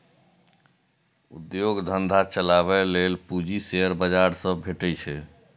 उद्योग धंधा चलाबै लेल पूंजी शेयर बाजार सं भेटै छै